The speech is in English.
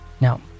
Now